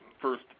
first